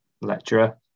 lecturer